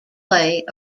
play